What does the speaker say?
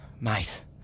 mate